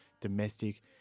domestic